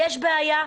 יש בעיה,